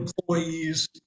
employees